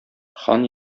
хан